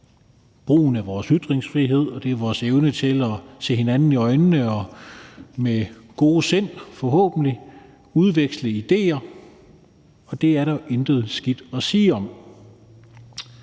brugen af vores ytringsfrihed, og det er vores evne til at se hinanden i øjnene og forhåbentlig med gode sind udveksle idéer, og det er der intet skidt at sige om.